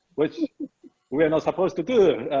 which we are not supposed to do